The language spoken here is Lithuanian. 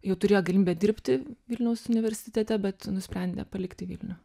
jau turėjo galimybę dirbti vilniaus universitete bet nusprendė palikti vilnių